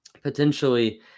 potentially